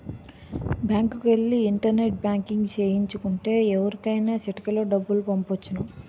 బ్యాంకుకెల్లి internet banking సేయించు కుంటే ఎవరికైనా సిటికలో డబ్బులు పంపొచ్చును